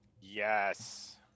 yes